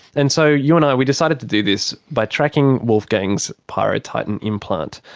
and so you and i we decided to do this by tracking wolfgang's pyrotitan implant.